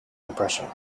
compression